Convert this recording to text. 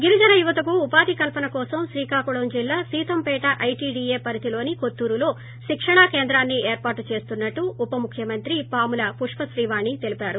గిరిజన యువతకు ఉపాధి కల్పన కోసం శ్రీకాకుళం జిల్లా సీతంపేట ఐటిడిఏ పరిధిలోని కోత్తూరులో శిక్షణా కేంద్రాన్ని ఏర్పాటు చేస్తున్నట్టు ఉప ముఖ్యమంత్రి పాముల పుష్పశ్రీవాణి తెలిపారు